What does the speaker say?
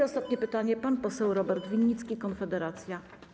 Ostatnie pytanie, pan poseł Robert Winnicki, Konfederacja.